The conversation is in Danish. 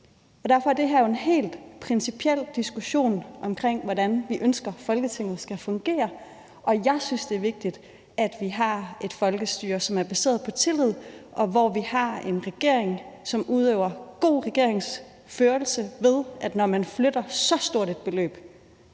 Derfor er det her er en helt principiel diskussionomkring, hvordan vi ønsker Folketinget skal fungere. Jeg synes, at det er vigtigt, at vi har et folkestyre, som er baseret på tillid, og at vi har en regering, som udøver god regeringsførelse, sådan atnår man flytter så stort et beløb,